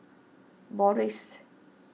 Morries